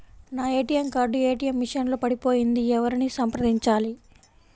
నా ATM card ATM machine లో పడిపోయింది ఎవరిని సంప్రదించాలి?